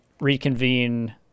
reconvene